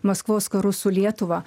maskvos karus su lietuva